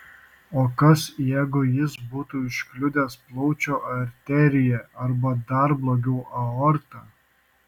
o kas jeigu jis būtų užkliudęs plaučių arteriją arba dar blogiau aortą